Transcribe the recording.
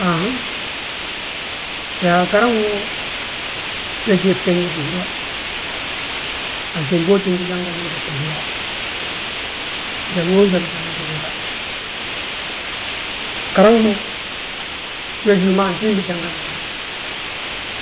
Haa haŋ yaa garaŋ wo, we gí ge geni gihúra. Antimbo antimbi janga unan gegi gihúra, njaloo njal ujanga gi gega. Garaŋ mo, we gí wi ma antimbi jangan yaa,